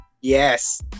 Yes